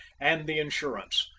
and the insurance,